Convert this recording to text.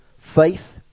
faith